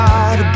God